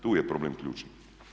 Tu je problem ključni.